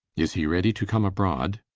is he ready to come abroad?